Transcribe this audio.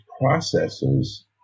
processes